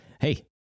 hey